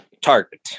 target